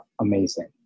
amazing